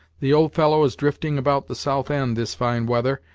the old fellow is drifting about the south end this fine weather,